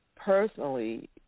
personally